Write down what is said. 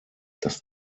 dass